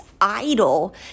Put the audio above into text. idol